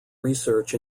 research